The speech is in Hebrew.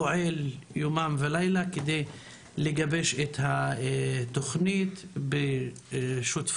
ופועל יום וליל כדי לגבש את התוכנית בשותפות